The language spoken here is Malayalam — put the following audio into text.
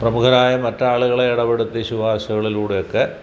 പ്രമുഖരായ മറ്റു ആളുകളെ ഇടപെടുത്തി ശുപാർശകളിലൂടെ ഒക്കെ